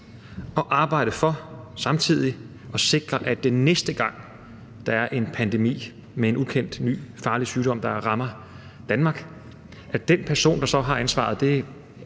at arbejde for at sikre, at den næste gang, der er en pandemi med en ukendt, ny farlig sygdom, som rammer Danmark, så har den person, der så har ansvaret – det er